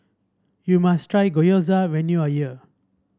you must try Gyoza when you are here